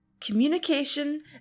Communication